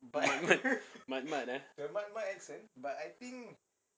mat-mat mat-mat ah